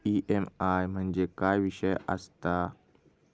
EMI म्हणजे काय विषय आसता?